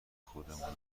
خودمونه